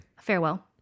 Farewell